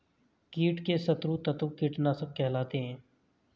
कीट के शत्रु तत्व कीटनाशक कहलाते हैं